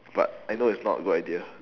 but I know it's not a good idea